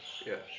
yup